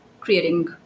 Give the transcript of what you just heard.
creating